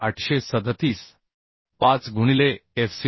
5 गुणिले FCD